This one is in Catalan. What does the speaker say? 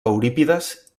eurípides